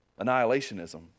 annihilationism